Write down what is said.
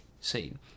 scene